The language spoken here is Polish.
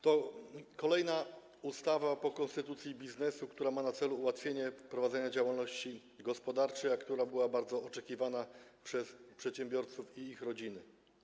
To kolejna, obok konstytucji biznesu, ustawa, która ma na celu ułatwienie prowadzenia działalności gospodarczej, a która była bardzo oczekiwana przez przedsiębiorców i ich rodziny.